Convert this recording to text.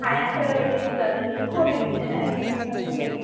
हायाखै लोमजानानै फरायनोनो हायाखै लेखाखौनो